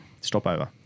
stopover